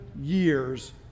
years